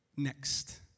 Next